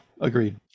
agreed